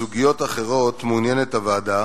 בסוגיות אחרות מעוניינת הוועדה